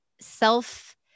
self